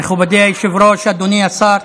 מכובדי היושב-ראש, אדוני השר,